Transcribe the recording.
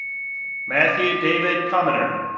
matthew david kaminer,